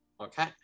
Okay